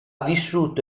vissuto